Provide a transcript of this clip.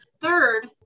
third